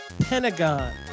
Pentagon